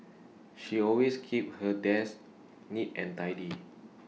she always keep her desk neat and tidy